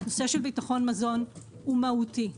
נושא של ביטחון מזון הוא מהותי.